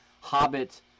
Hobbit